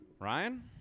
Ryan